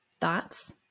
thoughts